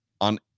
on